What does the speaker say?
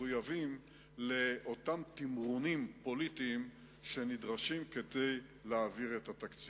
מחויבים לאותם תמרונים פוליטיים שנדרשים כדי להעביר את התקציב.